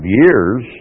years